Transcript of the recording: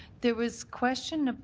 there was questions